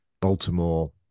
Baltimore